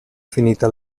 finita